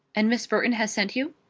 and miss burton has sent you?